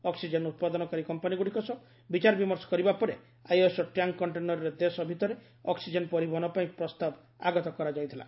oxygen ଉତ୍ପାଦନକାରୀ କମ୍ପାନିଗୁଡ଼ିକ ସହ ବିଚାରବିମର୍ଶ କରିବା ପରେ ଆଇଏସ୍ଓ ଟ୍ୟାଙ୍କ କଣ୍ଟେନରରେ ଦେଶ ଭିତରେ ଅକ୍କିଜେନ ପରିବହନ ପାଇଁ ପ୍ରସ୍ତାବ ଆଗତ କରାଯାଇଥିଲା